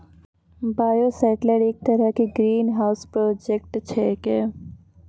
bioshelter एक तरह के ग्रीनहाउस प्रोजेक्ट छेकै